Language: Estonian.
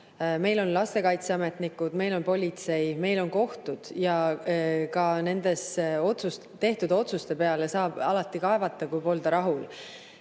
Meil on lastekaitseametnikud, meil on politsei, meil on kohtud. Ja ka nende tehtud otsuste peale saab alati kaevata, kui polda rahul.